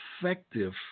effective